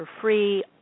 free